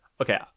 Okay